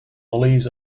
lollies